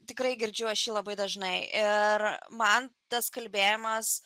tikrai girdžiu aš jį labai dažnai ir man tas kalbėjimas